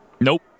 Nope